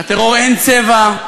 לטרור אין צבע,